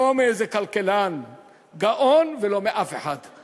לא מאיזה כלכלן גאון, ולא מאף אחד.